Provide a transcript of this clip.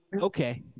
okay